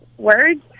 Words